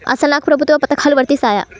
అసలు నాకు ప్రభుత్వ పథకాలు వర్తిస్తాయా?